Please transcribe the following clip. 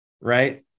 right